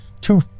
two